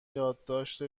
یادداشت